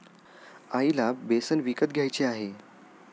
आईला बेसन विकत घ्यायचे आहे